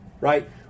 Right